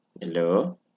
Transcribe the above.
Hello